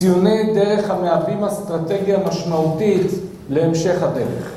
ציוני דרך המהווים אסטרטגיה משמעותית להמשך הדרך.